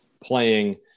playing